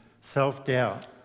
self-doubt